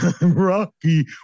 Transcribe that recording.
Rocky